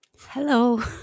Hello